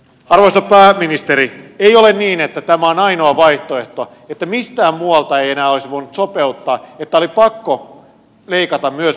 arvoisa pääministeri ei ole niin että tämä on ainoa vaihtoehto että mistään muualta ei enää olisi voinut sopeuttaa että oli pakko leikata myös perusturvasta